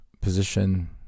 position